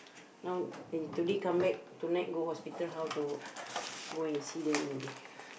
now they today come back tonight go hospital how to go and see them already